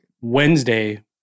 wednesday